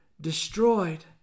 destroyed